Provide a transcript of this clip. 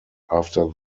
after